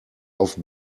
auf